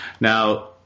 Now